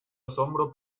asombro